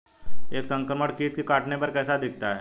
एक संक्रमित कीट के काटने पर कैसा दिखता है?